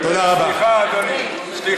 תודה רבה.